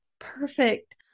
Perfect